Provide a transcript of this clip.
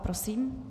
Prosím.